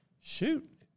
Shoot